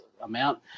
amount